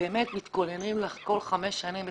באמת מתכוננים כל חמש שנים.